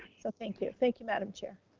so thank you. thank you, madam chair.